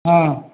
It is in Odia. ହଁ